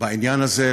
בעניין הזה.